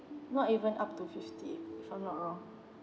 not even up to fifty if I'm not wrong